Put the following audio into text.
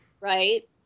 right